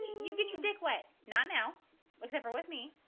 you get your dick wet not now except for with me